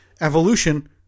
evolution